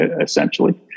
essentially